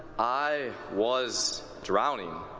i was drowning.